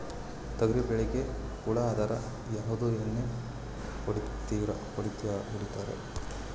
ತೊಗರಿಬೇಳಿಗಿ ಹುಳ ಆದರ ಯಾವದ ಎಣ್ಣಿ ಹೊಡಿತ್ತಾರ?